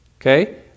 Okay